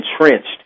entrenched